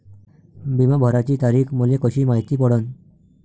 बिमा भराची तारीख मले कशी मायती पडन?